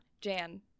Jan